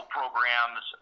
programs